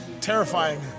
terrifying